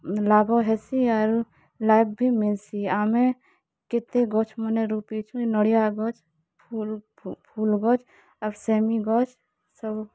ଲାଭ ହେସୀ ଆରୁ ଲାଇଭ୍ ଭି ମିଲ୍ସି ଆମେ କେତେ ଗଛ୍ମାନେ ରୁପିଛୁଁ ନଡ଼ିଆ ଗଛ୍ ଫୁଲ୍ ଗଛ୍ ଆର୍ ସେମୀ ଗଛ୍ ସବୁ